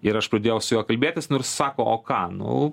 ir aš pradėjau su juo kalbėtis nu ir sako o ką nu